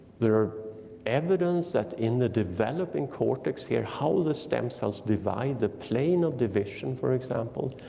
there are evidence that in the developing cortex here, how the stem cells divide the plane of division, for example,